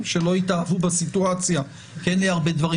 שלא יתאהבו בסיטואציה כי אין לי הרבה דברים